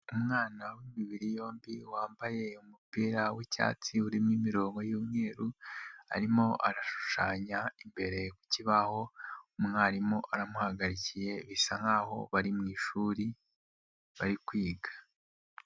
Umwana w'imibiri yombi wambaye umupira wicyatsi urimo imirongo y'umweru, arimo arashushanya imbere ku kibaho, umwarimu aramuhagarikiye, bisa nkaho bari mushuri bari kwiga.